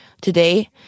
Today